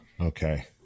Okay